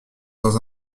dans